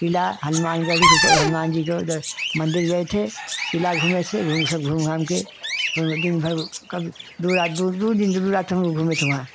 किला हनुमान गढ़ी हनुमान जी को द मंदिर गए थे किला घूमे से घूम सब घूम घाम के दिन भर कब दो रात दो दो दिन दो रात हम लोग घूमे थे वहाँ